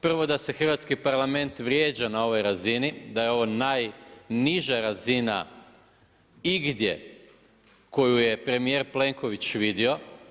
Prvo da se hrvatski Parlament vrijeđa na ovoj razini, da je ovo najniža razina igdje koju je premijer Plenković vidio.